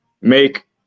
Make